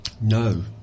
No